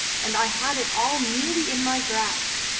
and i had it all nearly in my grasp.